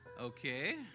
Okay